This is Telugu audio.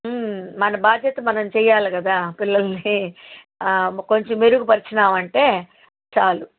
మన బాధ్యత మనం చేయాలి కదా పిల్లలకి కొంచెం మెరుగు పరిచామంటే చాలు